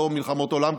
לא מלחמות עולם,